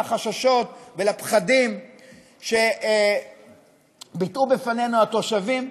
לחששות ולפחדים שביטאו בפנינו התושבים,